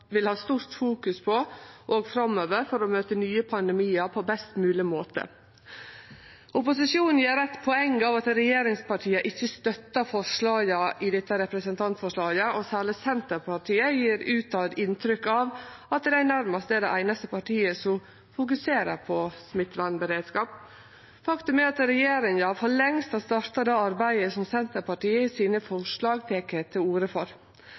på òg framover for å møte nye pandemiar på best mogeleg måte. Opposisjonen gjer eit poeng av at regjeringspartia ikkje støttar forslaga i dette representantforslaget, og særleg Senterpartiet gjev inntrykk av at dei nærmast er det einaste partiet som fokuserer på smittevernberedskap. Faktum er at regjeringa for lengst har starta det arbeidet som Senterpartiet i sine forslag tek til orde for.